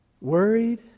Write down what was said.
Worried